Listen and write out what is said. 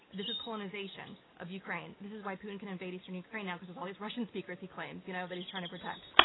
this was colonization of ukraine. this is why putin can invade eastern ukraine now, because there's all these russian speakers, he claims, you know, that he's trying to protect.